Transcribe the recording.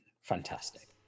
Fantastic